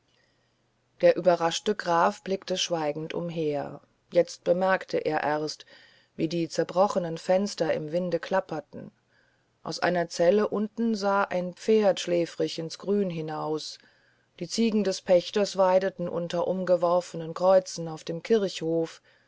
der überraschte graf blickte schweigend umher jetzt bemerkte er erst wie die zerbrochenen fenster im winde klappten aus einer zelle unten sah ein pferd schläfrig ins grün hinaus die ziegen des pächters weideten unter umgeworfenen kreuzen auf dem kirchhof